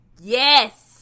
Yes